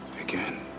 again